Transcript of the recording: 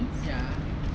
ya